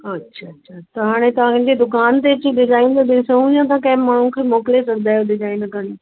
अच्छा अच्छा त हाणे तव्हांजे दुकान ते अची डिज़ाइन ॾिसूं या तव्हां कंहिं माण्हूअ खे मोकिले सघंदा आहियो डिजाइन खणी